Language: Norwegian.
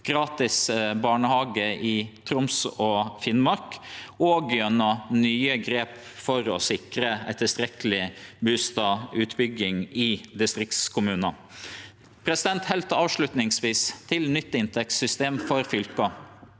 gratis barnehage i Troms og Finnmark og gjennom nye grep for å sikre tilstrekkeleg bustadutbygging i distriktskommunar. Heilt avslutningsvis til nytt inntektssystem for fylka: